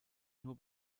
nur